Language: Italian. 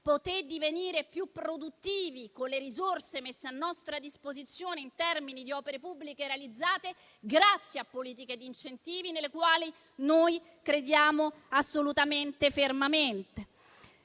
diventare più produttivi con le risorse messe a nostra disposizione, in termini di opere pubbliche realizzate, grazie a politiche di incentivi, nelle quali noi crediamo fermamente.